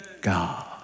God